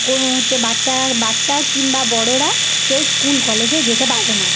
কোন হচ্ছে বাচ্চারা বাচ্চা কিংবা বড়রা কেউ স্কুল কলেজে যেতে পারে না